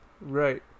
Right